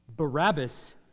Barabbas